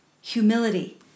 humility